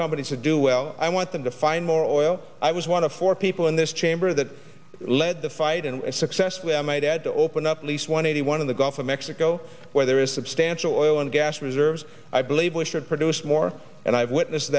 companies to do well i want them to find more oil i was one of four people in this chamber that led the fight and successfully i might add to open up at least one eighty one of the gulf of mexico where there is substantial oil and gas reserves i believe we should produce more and i've witnessed